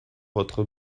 votre